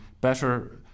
better